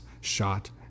shot